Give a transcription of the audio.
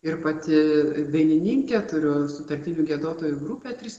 ir pati dainininkė turiu sutartinių giedotojų grupę trys